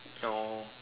no